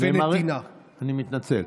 אני מתנצל.